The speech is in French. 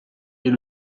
est